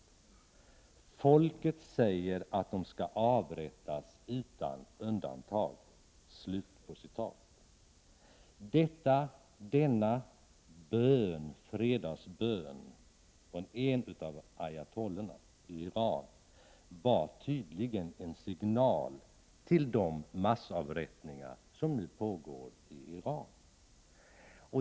Folket säger att de skall avrättas utan undantag.” Denna fredagsbön från en av ayatollorna i Iran var tydligen startsignalen till de massavrättningar som nu pågår.